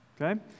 Okay